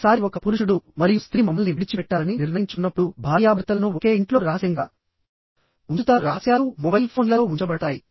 ఒకసారి ఒక పురుషుడు మరియు స్త్రీ మమ్మల్ని విడిచిపెట్టాలని నిర్ణయించుకున్నప్పుడు భార్యాభర్తలను ఒకే ఇంట్లో రహస్యంగా ఉంచుతారు రహస్యాలు మొబైల్ ఫోన్లలో ఉంచబడతాయి